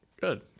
Good